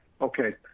Okay